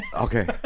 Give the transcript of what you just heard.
okay